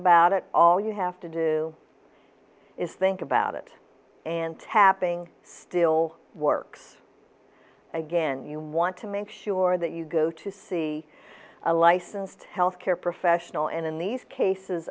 about it all you have to do is think about it and tapping still works again you want to make sure that you go to see a licensed health care professional and in these cases